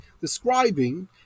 describing